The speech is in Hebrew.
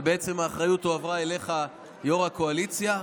אבל בעצם האחריות הועברה אליך, יו"ר הקואליציה.